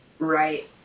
right